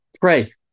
pray